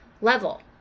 level